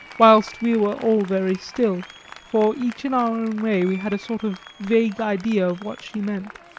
whilst we were all very still for each in our own way we had a sort of vague idea of what she meant.